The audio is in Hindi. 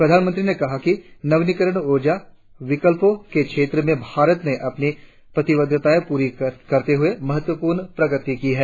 प्रधानमंत्री ने कहा कि नवीकरणीय ऊर्जा विकल्पों के क्षेत्र में भारत ने अपनी प्रतिबद्धताएं पूरी करते हुए महत्वपूर्ण प्रगति की है